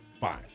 Fine